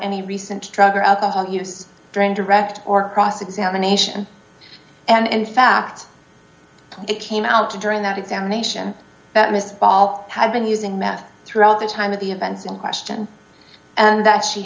any recent drug or alcohol use during direct or cross examination and in fact it came out to during that examination that miss ball had been using meth throughout the time of the events in question and that she